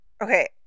Okay